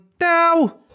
now